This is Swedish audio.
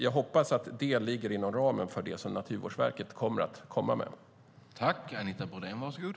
Jag hoppas att detta ligger inom ramen för det som Naturvårdsverket kommer att komma med.